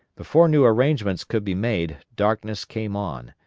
before new arrangements could be made darkness came on,